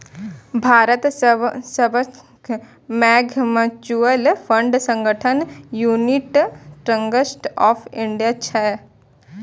भारतक सबसं पैघ म्यूचुअल फंड संगठन यूनिट ट्रस्ट ऑफ इंडिया छियै